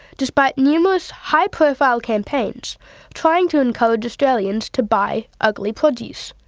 despite numerous high-profile campaigns trying to encourage australians to buy ugly produce.